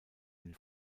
den